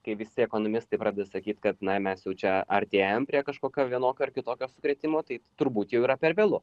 kai visi ekonomistai pradeda sakyt kad na mes jau čia artėjam prie kažkokio vienokio ar kitokio sukrėtimo tai turbūt jau yra per vėlu